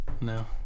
No